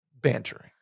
bantering